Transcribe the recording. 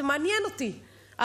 זה מעניין אותי,